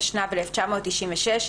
התשנ"ו-1996,